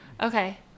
Okay